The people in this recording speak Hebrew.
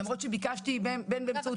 למרות שביקשתי בין באמצעות